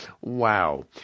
Wow